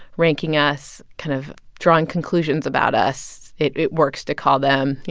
ranking us, kind of drawing conclusions about us, it it works to call them, you